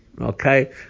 Okay